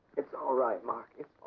it's all right, mark.